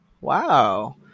Wow